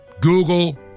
Google